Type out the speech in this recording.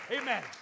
Amen